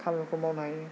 खामानिखौ मावनो हायो